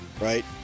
right